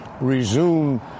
resume